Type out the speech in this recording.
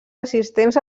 assistents